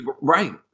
Right